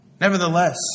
Nevertheless